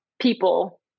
people